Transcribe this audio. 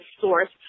source